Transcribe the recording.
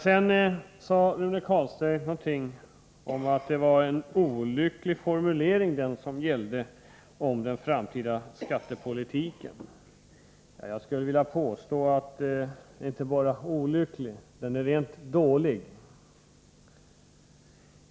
Sedan sade Rune Carlstein någonting om att det var en olycklig formulering om den framtida skattepolitiken. Jag skulle vilja påstå att den inte bara var olycklig — den var rent av dålig.